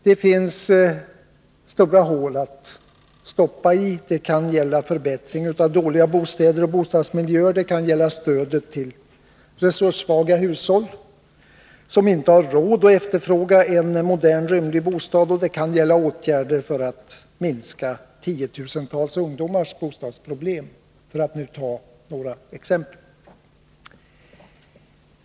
Det finns stora hål att stoppa i. Det kan exempelvis gälla förbättringar av dåliga bostäder och bostadsmiljöer, stödet till resurssvaga hushåll som inte har råd att efterfråga en modern rymlig bostad, eller åtgärder för att minska tiotusentals ungdomars bostadsproblem.